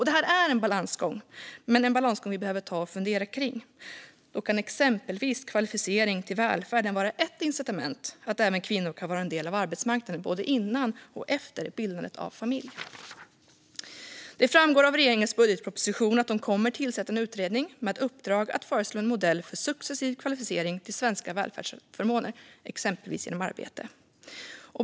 Det är en balansgång, men det är en balansgång vi behöver ta och fundera på. Då kan exempelvis kvalificering till välfärden vara ett incitament så att även kvinnor kan vara en del av arbetsmarknaden både innan och efter bildandet av familj. Det framgår av regeringens budgetproposition att den kommer att tillsätta en utredning med ett uppdrag att föreslå en modell för successiv kvalificering till svenska välfärdsförmåner exempelvis genom arbete.